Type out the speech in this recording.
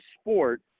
sport